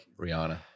Rihanna